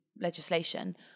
legislation